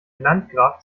landgraf